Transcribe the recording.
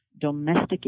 domestic